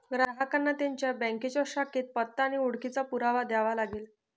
ग्राहकांना त्यांच्या बँकेच्या शाखेत पत्ता आणि ओळखीचा पुरावा द्यावा लागेल